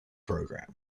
program